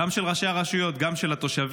גם של ראשי הרשויות, גם של התושבים.